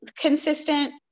consistent